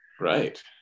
right